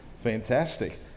fantastic